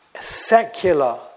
secular